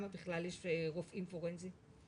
יש רופאים פורנזיים?